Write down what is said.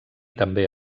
també